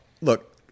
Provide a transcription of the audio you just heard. Look